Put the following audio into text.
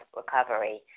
recovery